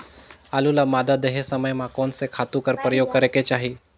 आलू ल मादा देहे समय म कोन से खातु कर प्रयोग करेके चाही?